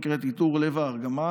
היא נקראת "עיטור לב הארגמן",